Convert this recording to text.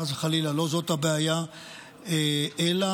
חס